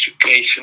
education